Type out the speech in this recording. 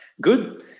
Good